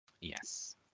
Yes